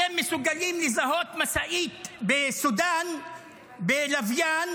אתם מסוגלים לזהות משאית בסודאן בלוויין,